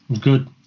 Good